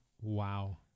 Wow